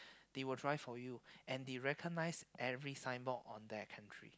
they will drive for you and they recognise every signboard on their country